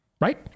Right